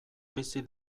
bizi